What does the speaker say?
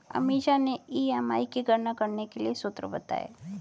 अमीषा ने ई.एम.आई की गणना करने के लिए सूत्र बताए